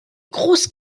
grosses